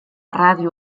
ràdio